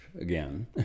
again